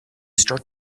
start